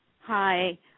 Hi